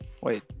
wait